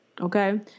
Okay